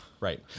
Right